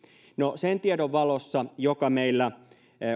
no sen tiedon valossa joka meillä